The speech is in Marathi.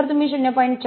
जर तुम्ही 0